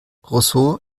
roseau